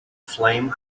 flame